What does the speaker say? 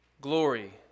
glory